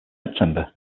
september